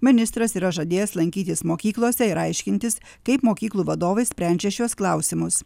ministras yra žadėjęs lankytis mokyklose ir aiškintis kaip mokyklų vadovai sprendžia šiuos klausimus